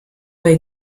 bei